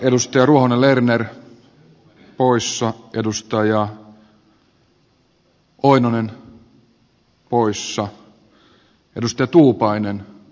edustaja ruohonen lerner poissa edustaja oinonen poissa edustaja tuupainen paikalla